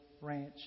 ranch